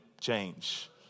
change